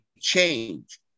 change